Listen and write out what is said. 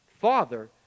father